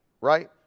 right